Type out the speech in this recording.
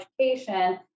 education